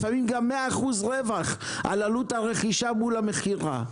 לפעמים גם מאה אחוז רווח על עלות הרכישה מול המכירה.